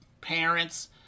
parents